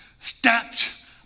steps